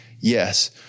Yes